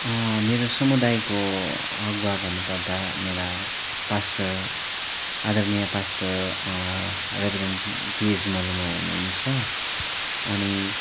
मेरो सुमदायको अगुवा भन्नुपर्दा मेरा पास्टर आदरणीय पास्टर अँ रेभरेन टिएस मोलोमु हुनुन्छ अनि